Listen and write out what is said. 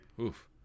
Oof